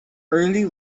early